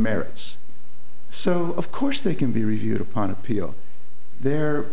merits so of course they can be reviewed upon appeal they're